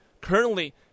Currently